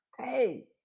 Hey